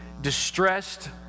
distressed